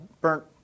burnt